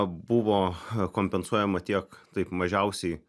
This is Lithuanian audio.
buvo kompensuojama tiek taip mažiausiai